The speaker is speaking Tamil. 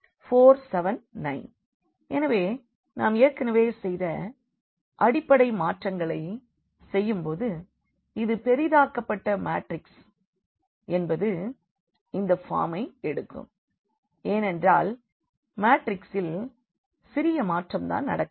b4 7 9 எனவே நாம் ஏற்கனவே செய்த அடிப்படை மாற்றங்களை செய்யும்போது இந்த பெரிதாக்கப்பட்ட மாட்ரிக்ஸ் என்பது இந்த பார்மை எடுக்கும் ஏனென்றால் மாட்ரிக்ஸில் சிறிய மாற்றம் தான் நடக்கிறது